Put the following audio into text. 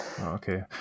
Okay